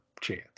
chance